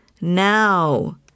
Now